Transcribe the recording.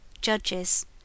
Judges